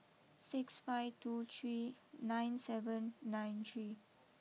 six five two three nine seven nine three